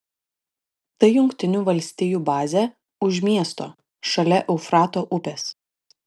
tai jungtinių valstijų bazė už miesto šalia eufrato upės